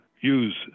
use